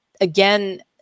again